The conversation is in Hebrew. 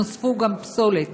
נוספה גם פסולת,